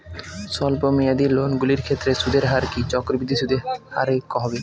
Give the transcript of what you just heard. স্বল্প মেয়াদী লোনগুলির ক্ষেত্রে সুদের হার কি চক্রবৃদ্ধি হারে হবে?